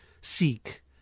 seek